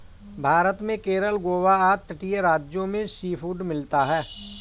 भारत में केरल गोवा आदि तटीय राज्यों में सीफूड मिलता है